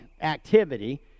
activity